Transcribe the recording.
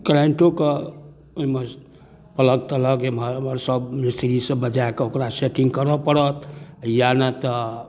करेंटोके ओइमे प्लग तलक एमहर ओमहर सब मिस्त्री सब बजाकऽ ओकरा सेटिंग करऽ पड़त या नहि तऽ